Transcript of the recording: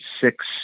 six